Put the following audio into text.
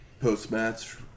Post-match